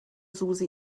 susi